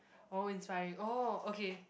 oh inspiring oh okay